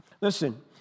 Listen